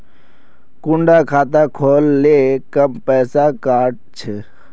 कुंडा खाता खोल ले कम पैसा काट छे?